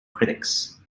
critics